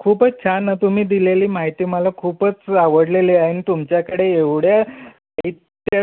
खूपच छान तुम्ही दिलेली माहिती मला खूपच आवडलेली आहे आणि तुमच्याकडे एवढ्या